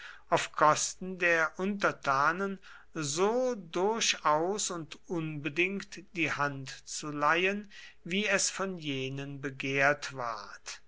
auf kosten der untertanen so durchaus und unbedingt die hand zu leihen wie es von jenen begehrt ward